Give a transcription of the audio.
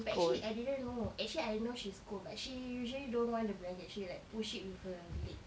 but actually I didn't know actually I know she's cold but actually usually don't want the blanket she like push it with her leg